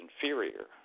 inferior